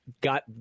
got